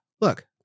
look